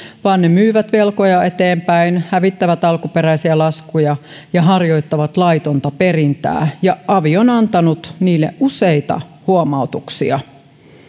vaan ne myyvät velkoja eteenpäin hävittävät alkuperäisiä laskuja ja harjoittavat laitonta perintää ja avi on antanut niille useita huomautuksia